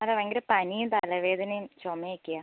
അല്ല ഭയങ്കര പനിയും തലവേദനയും ചുമ ഒക്കെയാണ്